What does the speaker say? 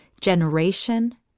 generation